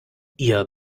ihr